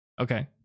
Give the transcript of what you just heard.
Okay